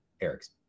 Eric's